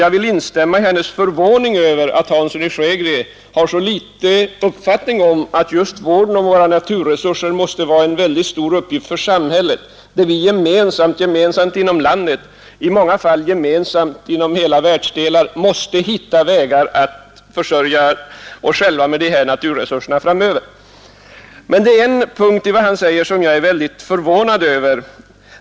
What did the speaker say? Jag vill instämma i hennes förvåning över att herr Hansson i Skegrie inte förstår att just vården om våra naturresurser måste vara en mycket stor uppgift för samhället, då vi gemensamt inom landet, i många fall gemensamt inom hela världsdelar, måste hitta vägar att försörja oss framöver med dessa naturresurser. På en punkt blev jag väldigt förvånad över vad herr Hansson i Skegrie sade.